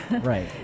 Right